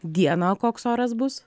dieną koks oras bus